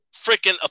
freaking